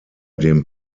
dem